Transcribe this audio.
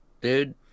Dude